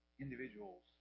Individuals